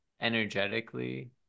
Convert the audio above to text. Energetically